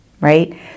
right